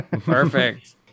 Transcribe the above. Perfect